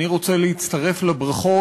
אני רוצה להצטרף לברכות.